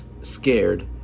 scared